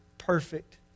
perfect